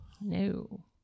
No